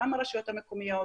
מה עם הרשויות המקומיות?